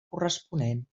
corresponent